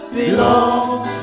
belongs